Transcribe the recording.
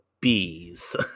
bees